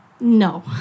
no